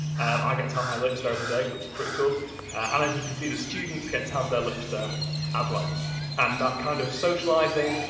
i get to have my lunch there every day which is pretty cool and as you can see the students get to have their lunch there as well and that kind of socialising,